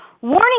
Warning